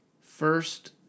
First